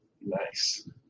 Nice